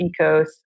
Ecos